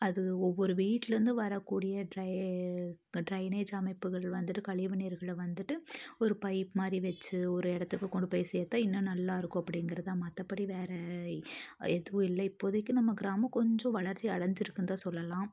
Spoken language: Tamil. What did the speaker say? அது ஒவ்வொரு வீட்டில் இருந்தும் வரக் கூடிய ட்ரைனேஜ் அமைப்புகள் வந்துட்டு கழிவுநீர்களை வந்துட்டு ஒரு பைப் மாதிரி வச்சு ஒரு இடத்துக்கு கொண்டு போய் சேர்த்தா இன்னும் நல்லா இருக்கும் அப்டிங்கிறது தான் மற்றபடி வேறு எதுவும் இல்லை இப்போதைக்கு நம்ம கிராமம் கொஞ்சம் வளர்ச்சி அடைஞ்சி இருக்குதுன்னு தான் சொல்லலாம்